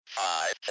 Five